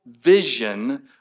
vision